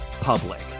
public